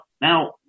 now